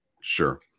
Sure